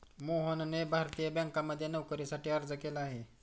मोहनने भारतीय बँकांमध्ये नोकरीसाठी अर्ज केला आहे